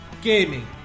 Gaming